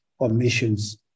omissions